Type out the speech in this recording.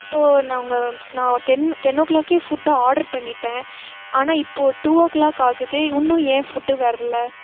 இப்போது நாங்கள் நான் டென் டென் ஓ க்ளாக்கே ஃபுட்டு ஆர்டர் பண்ணிவிட்டேன் ஆனால் இப்போது டூ ஓ க்ளாக் ஆகுது இன்னும் ஏன் ஃபுட்டு வரலை